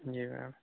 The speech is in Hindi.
जी मैम